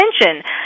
attention